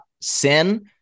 sin